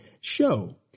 show